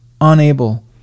unable